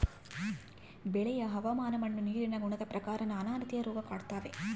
ಬೆಳೆಯ ಹವಾಮಾನ ಮಣ್ಣು ನೀರಿನ ಗುಣದ ಪ್ರಕಾರ ನಾನಾ ರೀತಿಯ ರೋಗ ಕಾಡ್ತಾವೆ